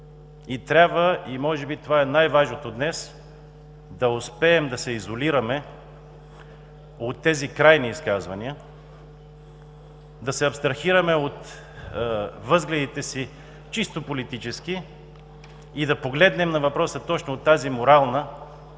И трябва и може би това е най-важното днес – да успеем да се изолираме от тези крайни изказвания. Да се абстрахираме от възгледите си, чисто политически и да погледнем на въпроса точно от тази морална